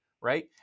right